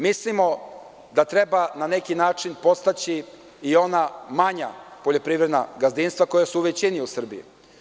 Mislimo da treba na neki način podstaći i ona manja poljoprivredna gazdinstva koja su u većini u Srbiji.